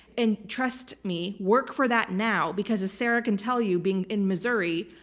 and trust me work for that now, because as sarah can tell you being in missouri,